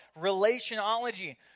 Relationology